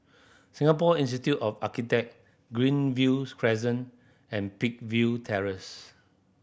Singapore Institute of Architect Greenviews Crescent and Peakville Terrace